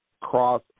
cross